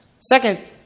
Second